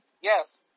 Yes